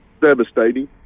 devastating